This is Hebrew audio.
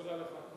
תודה לך.